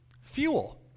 fuel